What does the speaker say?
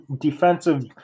defensive